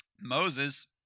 Moses